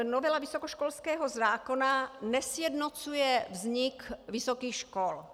Novela vysokoškolského zákona nesjednocuje vznik vysokých škol.